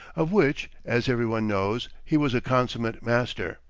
of which, as every one knows, he was a consummate master